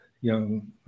young